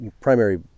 primary